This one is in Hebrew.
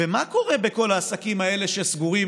ומה קורה בכל העסקים האלה שסגורים,